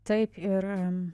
taip ir